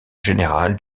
général